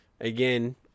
again